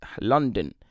London